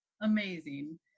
amazing